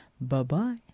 Bye-bye